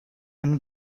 einem